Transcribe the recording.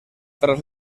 tras